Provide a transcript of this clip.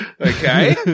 Okay